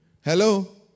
Hello